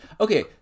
okay